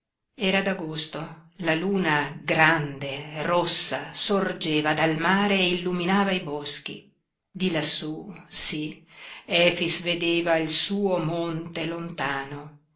era d'agosto la luna grande rossa sorgeva dal mare e illuminava i boschi di lassú sí efix vedeva il suo monte lontano